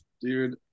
Dude